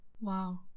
wow